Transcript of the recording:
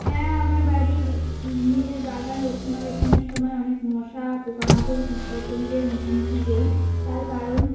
হ্যাঁ আমার বাড়ির নিজের বাগান রক্ষণাবেক্ষণের সময় অনেক মশা পোকা মাকড় কীটপতঙ্গের মুখোমুখি হই তার কারণ